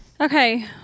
Okay